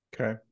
Okay